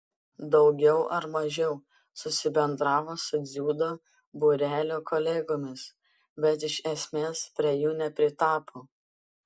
daugiau ar mažiau susibendravo su dziudo būrelio kolegomis bet iš esmės prie jų nepritapo